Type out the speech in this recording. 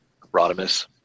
Rodimus